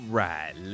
right